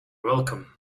welcome